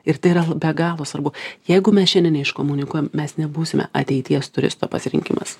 ir tai yra be galo svarbu jeigu mes šiandien neiškomunikuojam mes nebūsime ateities turisto pasirinkimas